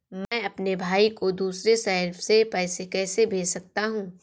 मैं अपने भाई को दूसरे शहर से पैसे कैसे भेज सकता हूँ?